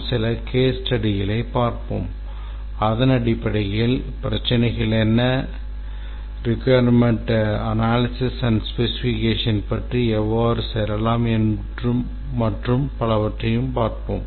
நாம் சில case studies களைப் பார்ப்போம் அதன் அடிப்படையில் சிக்கல்கள் என்ன தேவை பகுப்பாய்வு மற்றும் விவரக்குறிப்பு பற்றி எவ்வாறு செல்லலாம் மற்றும் பலவற்றைப் பார்ப்போம்